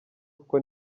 kuko